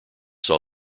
saw